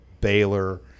Baylor